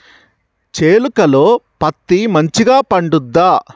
చేలుక లో పత్తి మంచిగా పండుద్దా?